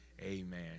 amen